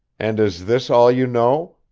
and is this all you know?